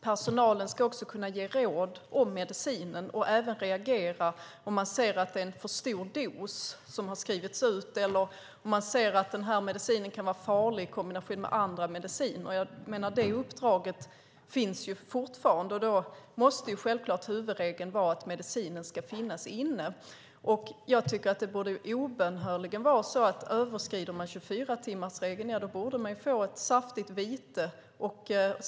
Personalen ska också kunna ge råd om medicinen och reagera om de ser att det är en för stor dos som har skrivits ut eller om de ser att medicinen kan vara farlig i kombination med andra mediciner. Det uppdraget finns fortfarande. Då måste självklart huvudregeln vara att medicinen ska finnas inne. Det borde obönhörligen vara så att överskrider man 24-timmarsregeln borde man få ett saftigt vite.